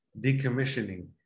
decommissioning